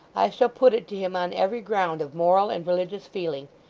i shall put it to him on every ground of moral and religious feeling.